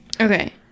Okay